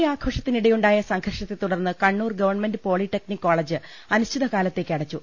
holy ആഘോഷത്തിനിടെയുണ്ടായ സംഘർഷത്തെ തുടർന്ന് കണ്ണൂർ ഗവൺമെന്റ് പോളിടെക്നിക്ക് കോളേജ് അനിശ്ചിത കാല ത്തേക്ക് അടച്ചു